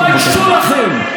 תתביישו לכם.